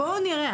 בואו נראה,